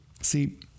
See